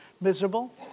miserable